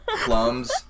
plums